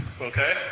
okay